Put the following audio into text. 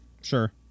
Sure